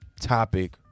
Topic